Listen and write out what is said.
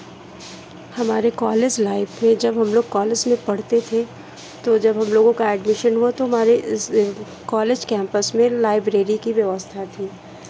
हमारे college life में जब हम लोग कॉलेज में पढ़ते थे तो जब हम लोगों का एडमिशन हुआ तो हमारे इस कॉलेज कैंपस में लाइब्रेरी की व्यवस्था थी